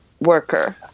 worker